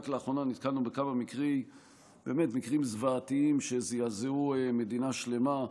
רק לאחרונה נתקלנו בכמה מקרים באמת זוועתיים שזעזעו מדינה שלמה.